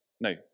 no